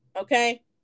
Okay